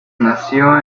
nació